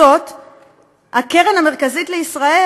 הקרן המרכזית לישראל,